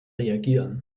reagieren